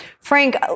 Frank